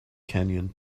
canyon